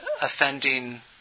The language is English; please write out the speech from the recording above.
offending